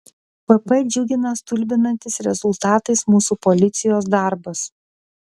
pp džiugina stulbinantis rezultatais mūsų policijos darbas